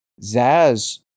Zaz